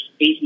eight